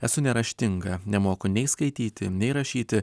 esu neraštinga nemoku nei skaityti nei rašyti